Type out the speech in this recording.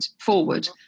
forward